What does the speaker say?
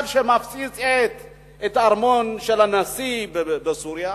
אחד מפציץ את הארמון של הנשיא בסוריה,